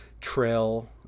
trail